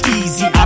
easy